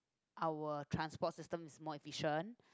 our transport system is more efficient